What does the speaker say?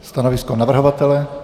Stanovisko navrhovatele?